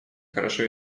хорошо